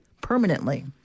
permanently